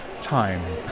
time